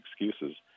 excuses